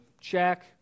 check